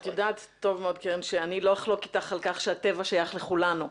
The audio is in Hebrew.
את יודעת טוב מאוד שאני לא אחלוק עליך שהטבע שייך לכולנו.